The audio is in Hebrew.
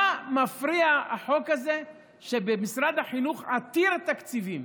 מה מפריע החוק הזה, שבמשרד החינוך עתיר התקציבים,